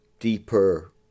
deeper